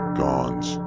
guns